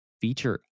feature